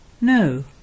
No